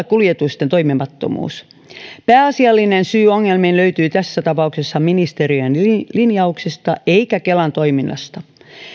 kuljetusten toimimattomuus pääasiallinen syy ongelmiin löytyy tässä tapauksessa ministeriön linjauksista eikä kelan toiminnasta